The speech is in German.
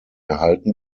erhalten